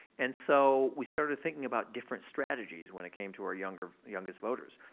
and so, we started thinking about different strategies when it came to our youngest youngest voters.